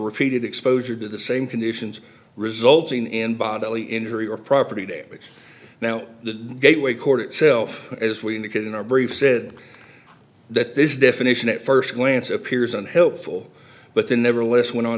repeated exposure to the same conditions resulting in bodily injury or property damage now the gateway court itself as we indicated in our brief said that this definition at first glance appears unhelpful but the nevertheless went on